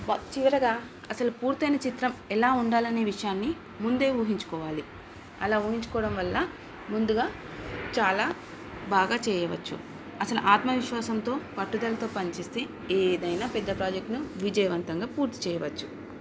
చివరగా అసలు పూర్తైన చిత్రం ఎలా ఉండాలనే విషయాన్ని ముందే ఊహించుకోవాలి అలా ఊహించుకోవడం వల్ల ముందుగా చాలా బాగా చేయవచ్చు అసలు ఆత్మవిశ్వాసంతో పట్టుదలతో పనిచేస్తే ఏదైనా పెద్ద ప్రాజెక్టును విజయవంతంగా పూర్తి చేయవచ్చు